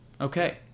Okay